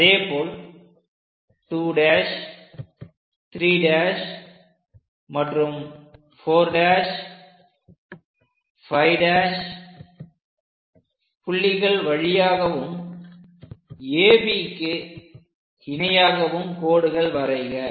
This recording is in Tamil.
அதேபோல் 2' 3' மற்றும் 4' 5' புள்ளிகள் வழியாகவும் ABக்கு இணையாகவும் கோடுகள் வரைக